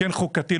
כן חוקתי,